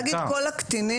להגיד כל הקטינים.